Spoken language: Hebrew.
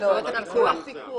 לא לזה.